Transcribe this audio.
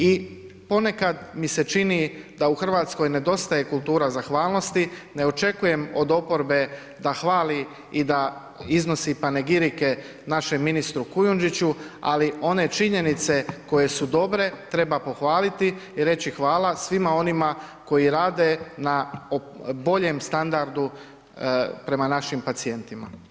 I ponekad mi se čini da u Hrvatskoj nedostaje kultura zahvalnosti, ne očekujem od oporbe da hvali i da iznosi panegirike našem ministru Kujundžiću, ali one činjenice koje su dobre treba pohvaliti i reći hvala svima onima koji rade na boljem standardu prema našim pacijentima.